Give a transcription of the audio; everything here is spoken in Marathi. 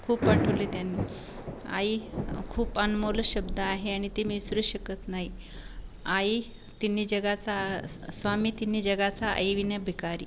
खूप आठवले त्यां आई खूप अनमोल शब्द आहे आणि ते मी विसरूच शकत नाही आई तिन्ही जगाचा स् स्वामी तिन्ही जगाचा आईविना भिकारी